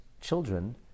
children